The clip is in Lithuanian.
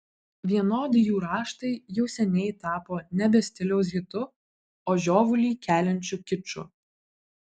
vienodi jų raštai jau seniai tapo nebe stiliaus hitu o žiovulį keliančiu kiču